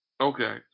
Okay